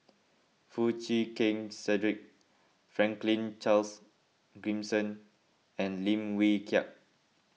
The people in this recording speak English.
Foo Chee Keng Cedric Franklin Charles Gimson and Lim Wee Kiak